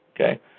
Okay